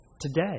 Today